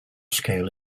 scale